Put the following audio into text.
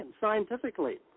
scientifically